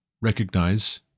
recognize